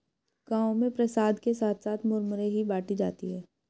गांव में प्रसाद के साथ साथ मुरमुरे ही बाटी जाती है